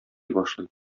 башлый